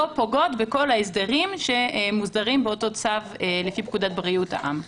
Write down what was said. פוגעות בכל ההסדרים שמוסדרים באותו צו לפי פקודת בריאות העם.